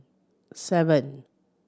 seven